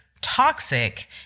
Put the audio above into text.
toxic